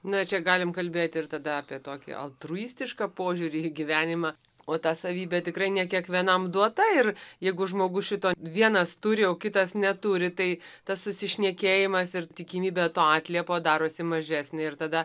na čia galim kalbėti ir tada apie tokį altruistišką požiūrį į gyvenimą o ta savybė tikrai ne kiekvienam duota ir jeigu žmogus šito vienas turi o kitas neturi tai tas susišnekėjimas ir tikimybė to atliepo darosi mažesnė ir tada